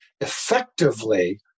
effectively